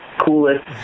coolest